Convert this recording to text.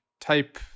type